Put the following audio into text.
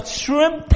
shrimp